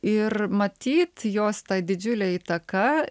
ir matyt jos ta didžiulė įtaka